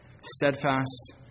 steadfast